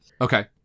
Okay